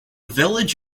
village